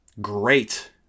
great